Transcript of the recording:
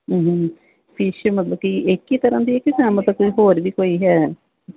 ਹਮ ਹਮ ਫਿਸ਼ ਮਤਲਬ ਕਿ ਇੱਕ ਹੀ ਤਰ੍ਹਾਂ ਦੀ ਹੈ ਕਿ ਜਾਂ ਮਤਲਬ ਕੋਈ ਹੋਰ ਵੀ ਕੋਈ ਹੈ